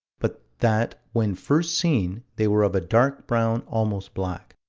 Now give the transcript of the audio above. but that when first seen, they were of a dark brown, almost black.